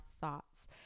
thoughts